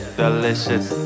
delicious